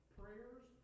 prayers